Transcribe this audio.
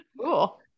cool